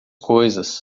coisas